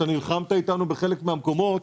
אתה נלחמת איתנו בחלק מהמקומות.